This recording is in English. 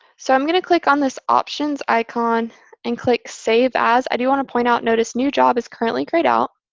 so i'm going to click on this options icon and click save as. i do want to point out, notice, new job is currently grayed out.